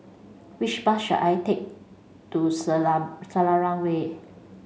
which bus should I take to Selarang Way